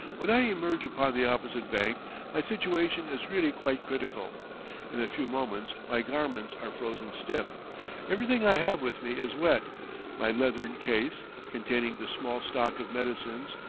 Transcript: when i emerge upon the opposite bank my situation is really quite critical in a few moments my garments are frozen stiff everything i have with me is wet my leathern case, containing the small stock of medicines,